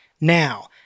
now